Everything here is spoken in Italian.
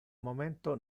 momento